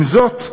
עם זאת,